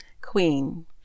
Queen